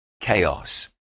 chaos